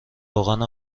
روغن